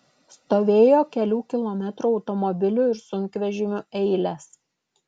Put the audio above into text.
stovėjo kelių kilometrų automobilių ir sunkvežimių eilės